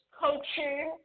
coaching